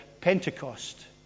Pentecost